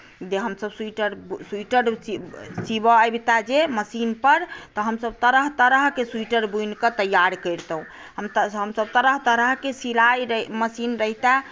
जे हमसभ स्वेटर सिवऽ अबिता जे मशीन पर तऽ हमसभ तरह तरहकेंँ स्वेटर बुनिकऽ तैयार करितहुँ हमसभ तरह तरहकेँ सिलाई मशीन रहिता